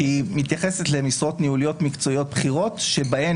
שהיא מתייחסת למשרות ניהוליות מקצועיות בכירות שבהן